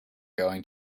going